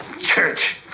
Church